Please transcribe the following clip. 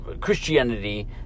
Christianity